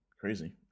crazy